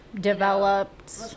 developed